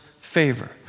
favor